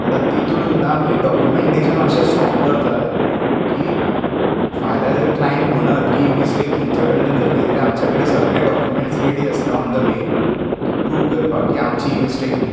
आतां तेतूंत सुद्दां आमी डॉक्युमेण्टेशन अशें स्ट्रोंग करतात की फाल्यां जर क्लायंट म्हणत की ही मिस्टेक तुमचे कडल्यान जाली जाल्यार आमचे कडेन सगळे डॉक्युमेण्ट्स रॅडी आसतात ऑन द मेल की प्रूव करपाक की आमची ही मिस्टेक न्ही